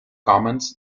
commons